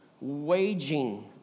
waging